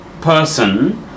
person